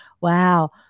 Wow